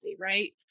right